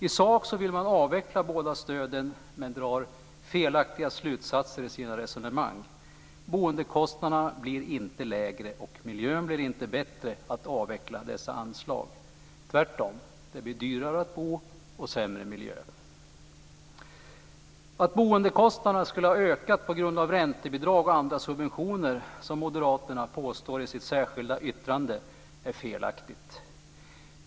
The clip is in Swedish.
I sak vill man avveckla båda stöden men drar felaktiga slutsatser i sina resonemang. Boendekostnaderna blir inte lägre och miljön blir inte bättre av att avveckla dessa anslag. Det blir tvärtom dyrare att bo och sämre miljö. Att boendekostnaderna skulle ha ökat på grund av räntebidrag och andra subventioner, som moderaterna påstår i sitt särskilda yttrande, är felaktigt.